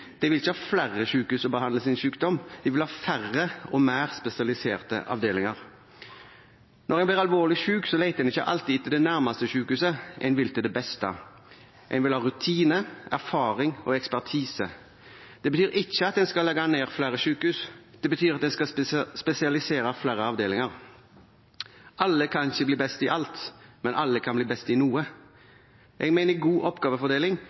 De vil ikke ha flere sykehus som behandler deres sykdom, de vil ha færre og mer spesialiserte avdelinger. Når en blir alvorlig syk, leter en ikke alltid etter det nærmeste sykehuset, en vil til det beste. En vil ha rutine, erfaring og ekspertise. Det betyr ikke at en skal legge ned flere sykehus, det betyr at en skal spesialisere flere avdelinger. Alle kan ikke bli best i alt, men alle kan bli best i noe. Jeg mener god oppgavefordeling